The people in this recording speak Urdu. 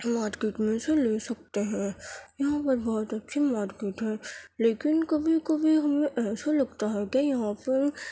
مارکیٹ میں سے لے سکتے ہیں یہاں پر بہت اچھی مارکیٹ ہے لیکن کبھی کبھی ہمیں ایسا لگتا ہے کہ یہاں پر